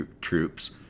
troops